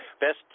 Best